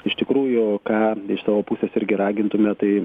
iš tikrųjų ką iš savo pusės irgi ragintume tai